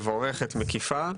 מבורכת ומקיפה.